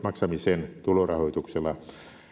maksamisen tulorahoituksella